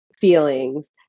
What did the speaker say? feelings